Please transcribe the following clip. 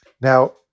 Now